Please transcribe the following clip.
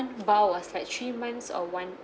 vial was like three months or one